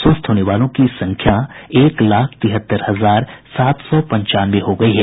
स्वस्थ होने वालों की संख्या एक लाख तिहत्तर हजार सात सौ पंचानवे हो गयी है